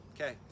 okay